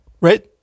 right